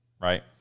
right